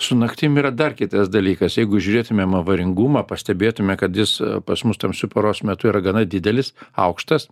su naktim yra dar kitas dalykas jeigu žiūrėtumėm avaringumą pastebėtume kad jis pas mus tamsiu paros metu yra gana didelis aukštas